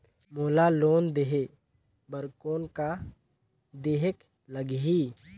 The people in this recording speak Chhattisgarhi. मोला लोन लेहे बर कौन का देहेक लगही?